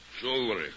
Jewelry